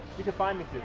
can find me